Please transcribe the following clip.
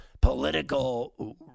political